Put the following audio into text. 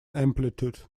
amplitude